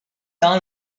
down